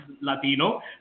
Latino